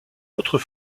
autre